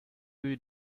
you